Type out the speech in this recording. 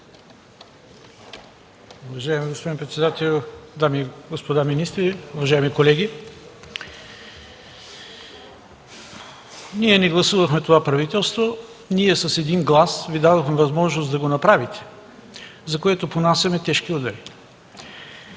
Уважаеми господин председател, дами и господа министри, уважаеми колеги! Ние не гласувахме това правителство. Ние с един глас Ви дадохме възможност да го направите, за което понасяме тежки удари.